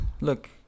look